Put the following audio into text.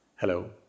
Hello